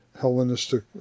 Hellenistic